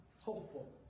hopeful